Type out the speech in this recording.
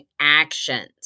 actions